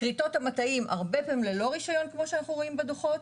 כריתות המטעים הרבה פעמים ללא רישיון כמו שאנחנו רואים בדוחות,